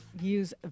use